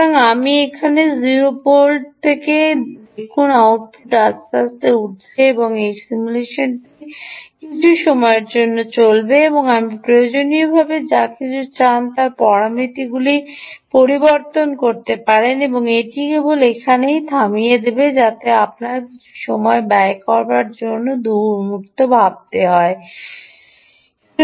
সুতরাং আপনি এখন 0 ভোল্ট থেকে দেখুন আউটপুট আস্তে আস্তে উঠছে এবং এই সিমুলেশনটি কিছু সময়ের জন্য চলবে এবং আপনি প্রয়োজনীয়ভাবে যা কিছু চান তা আপনি পরামিতিগুলি পরিবর্তন করতে পারেন এটি কেবল এখানেই থামিয়ে দেব যাতে আমরা কিছুটা ব্যয় করতে পারি দুমুহুর্ত এখানে